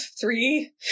three